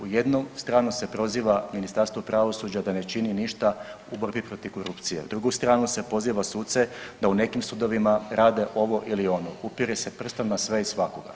U jednu stranu se proziva Ministarstvo pravosuđa da ne čini ništa u borbi protiv korupcije, drugu stranu se poziva suce da u nekim sudovima rade ovo ili ono, upire se prstom na sve i svakoga.